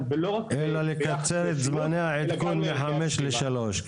--- אלא לקצר את זמני העדכון מחמש לשלוש.